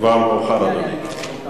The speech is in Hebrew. כבר מאוחר, אדוני.